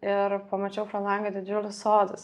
ir pamačiau pro langą didžiulius sodus